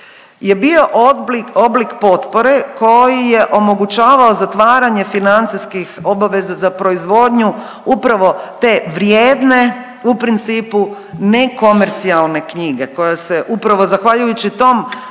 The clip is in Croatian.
je bio oblik potpore koji je omogućavao zatvaranje financijskih obaveza za proizvodnju upravo te vrijedne, u principu nekomercijalne knjige koja se upravo zahvaljujući tom